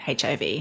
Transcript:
HIV